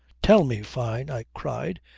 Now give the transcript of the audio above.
tell me, fyne, i cried,